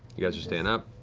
you guys are staying up.